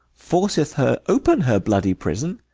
forceth her open her bloody prison,